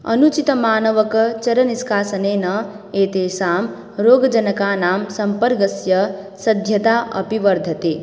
अनुचितमानवक चरनिष्कासनेन एतेषां रोगजनकानां सम्पर्कस्य साध्यता अपि वर्धते